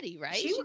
right